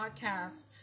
podcast